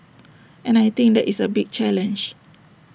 and I think that is A big challenge